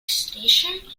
station